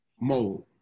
mold